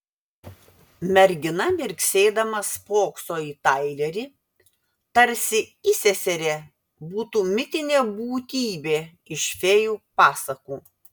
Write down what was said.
mergina mirksėdama spokso į tailerį tarsi įseserė būtų mitinė būtybė iš fėjų pasakų